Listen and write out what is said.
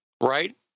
right